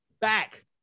Back